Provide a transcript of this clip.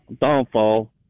downfall